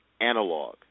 analog